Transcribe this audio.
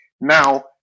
Now